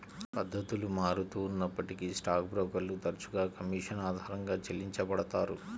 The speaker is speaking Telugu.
పద్ధతులు మారుతూ ఉన్నప్పటికీ స్టాక్ బ్రోకర్లు తరచుగా కమీషన్ ఆధారంగా చెల్లించబడతారు